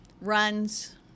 runs